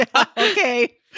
okay